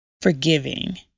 forgiving